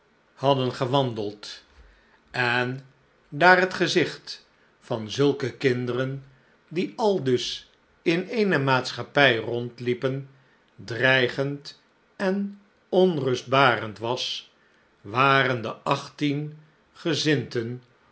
hadden gewandeld en slechte tijden daar het gezicht van zulke kinderen die aldus in eene maatschappij rondliepen dreigend en onrustbarend was waren de achttien gezindten